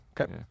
Okay